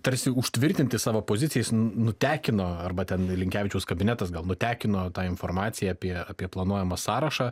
tarsi užtvirtinti savo poziciją jis nutekino arba ten linkevičiaus kabinetas gal nutekino tą informaciją apie apie planuojamą sąrašą